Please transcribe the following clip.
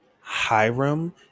Hiram